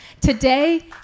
Today